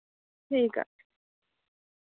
ठीक ऐ